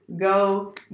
Go